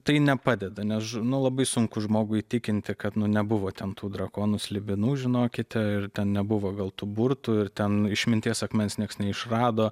tai nepadeda nes žu nu labai sunku žmogų įtikinti kad nu nebuvo ten tų drakonų slibinų žinokite ir ten nebuvo gal tų burtų ir ten išminties akmens nieks neišrado